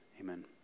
Amen